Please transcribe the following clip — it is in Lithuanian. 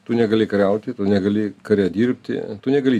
tu negali kariauti tu negali kare dirbti tu negali